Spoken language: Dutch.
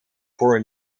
voor